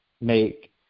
make